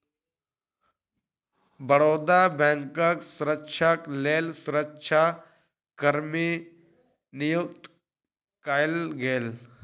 बड़ौदा बैंकक सुरक्षाक लेल सुरक्षा कर्मी नियुक्त कएल गेल